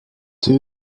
two